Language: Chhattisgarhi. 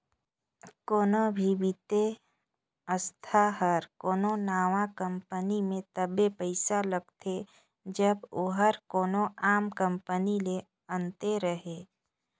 कोनो भी बित्तीय संस्था हर कोनो नावा कंपनी में तबे पइसा लगाथे जब ओहर कोनो आम कंपनी ले अन्ते रहें